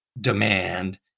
demand